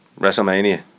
WrestleMania